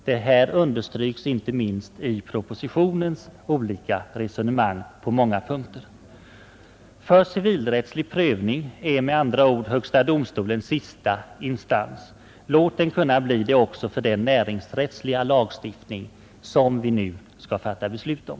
Detta understrykes inte minst i propositionens olika resonemang på många punkter. För civilrättslig prövning är med andra ord högsta domstolen sista instans. Låt den få vara det också för den näringsrättsliga lagstiftning som vi nu skall fatta beslut om.